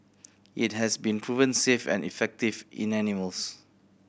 it has been proven safe and effective in animals